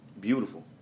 Beautiful